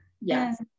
Yes